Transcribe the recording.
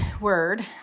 word